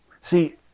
See